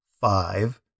Five